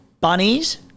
bunnies